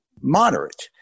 moderate